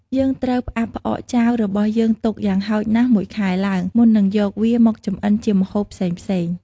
យើងត្រូវផ្អាប់់ផ្អកចាវរបស់យើងទុក យ៉ាងហោចណាស់មួយខែឡើង មុននឹងយកវាមកចម្អិនជាម្ហូបផ្សេងៗ។